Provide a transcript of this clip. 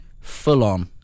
Full-on